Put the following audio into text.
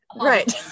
Right